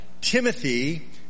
Timothy